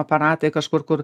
aparatai kažkur kur